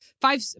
five